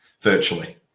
virtually